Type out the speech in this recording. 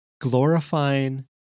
glorifying